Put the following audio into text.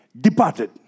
departed